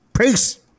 Peace